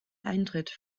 eintritt